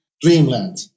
Dreamland